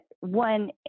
one